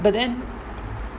but then